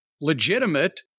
legitimate